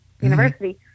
University